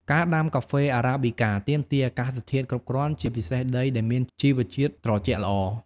ការដាំកាហ្វេ Arabica ទាមទារអាកាសធាតុគ្រប់គ្រាន់ ជាពិសេសដីដែលមានជីវជាតិត្រជាក់ល្អ។